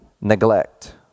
Neglect